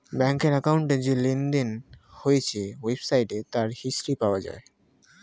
ব্যাংকের অ্যাকাউন্টে যে লেনদেন হয়েছে ওয়েবসাইটে তার হিস্ট্রি পাওয়া যায়